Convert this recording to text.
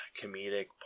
Comedic